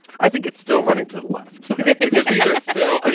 i think it's still running to the left. because these are still, i